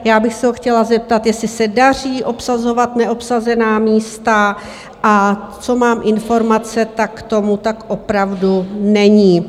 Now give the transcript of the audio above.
Já bych se ho chtěla zeptat, jestli se daří obsazovat neobsazená místa, a co mám informace, tak tomu tak opravdu není.